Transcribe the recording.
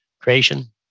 creation